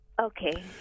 Okay